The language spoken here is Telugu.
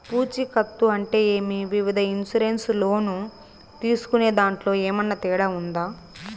పూచికత్తు అంటే ఏమి? వివిధ ఇన్సూరెన్సు లోను తీసుకునేదాంట్లో ఏమన్నా తేడా ఉందా?